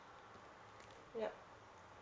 yup